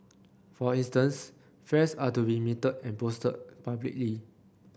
for instance fares are to be metered and posted publicly